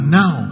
now